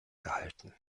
gehalten